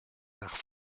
nach